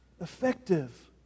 effective